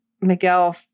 Miguel